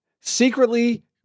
secretly